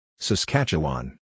Saskatchewan